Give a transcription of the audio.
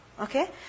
Okay